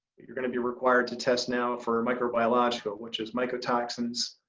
you're gonna be required to test now for microbiological, which is microtoxins,